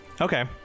Okay